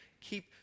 Keep